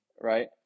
right